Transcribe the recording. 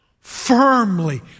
firmly